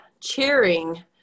Cheering